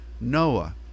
Noah